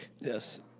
Yes